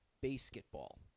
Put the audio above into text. Basketball